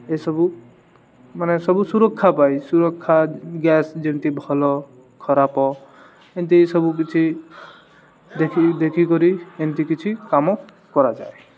ଏସବୁ ମାନେ ସବୁ ସୁରକ୍ଷା ପାଇ ସୁରକ୍ଷା ଗ୍ୟାସ ଯେମିତି ଭଲ ଖରାପ ଏମିତି ସବୁ କିଛି ଦେଖି ଦେଖି ଦେଖିକରି ଏମିତି କିଛି କାମ କରାଯାଏ